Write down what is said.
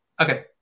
Okay